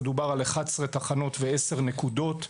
דובר על 11 תחנות ו-10 נקודות.